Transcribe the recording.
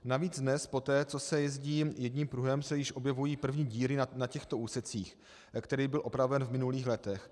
Navíc dnes poté, co se jezdí jedním pruhem, se již objevují první díry na těchto úsecích, které byly opraveny v minulých letech.